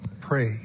pray